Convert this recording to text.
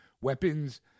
weapons